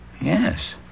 Yes